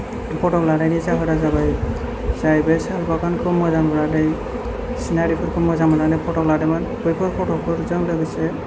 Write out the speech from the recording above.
फट' लानायनि जाहोना जाबाय जाय बे साल बागानखौ मोजां नुनानै सिनारिफोरखौ मोजां मोननानै फट' लादोंमोन बैफोर फट'फोरजों लोगोसे